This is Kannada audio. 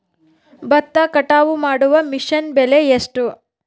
ಭತ್ತ ಕಟಾವು ಮಾಡುವ ಮಿಷನ್ ಬೆಲೆ ಎಷ್ಟು?